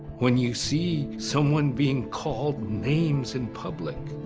when you see someone being called names in public,